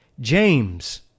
James